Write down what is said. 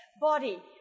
body